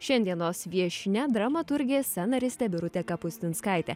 šiandienos viešnia dramaturgė scenaristė birutė kapustinskaitė